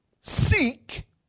Seek